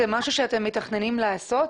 זה משהו שאתם מתכוונים לעשות?